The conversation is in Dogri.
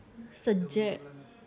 सज्जै